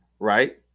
right